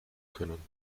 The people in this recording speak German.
können